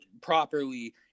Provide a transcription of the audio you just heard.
properly